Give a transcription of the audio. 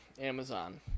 Amazon